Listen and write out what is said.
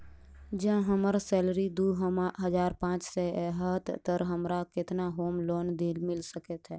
जँ हम्मर सैलरी दु हजार पांच सै हएत तऽ हमरा केतना होम लोन मिल सकै है?